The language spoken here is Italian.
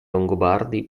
longobardi